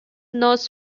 north